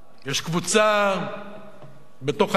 יש קבוצה בתוך הימין,